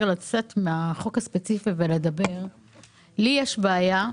לצאת מהחוק הספציפי ולומר שלי יש בעיה,